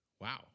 Wow